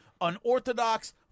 unorthodox